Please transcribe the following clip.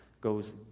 goes